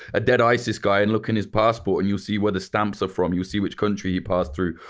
a dead isis guy, and look in his passport and you'll see where the stamps are from, you'll see which country he pass through.